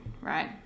right